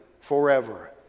forever